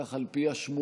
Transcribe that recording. כך על פי השמועה,